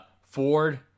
Ford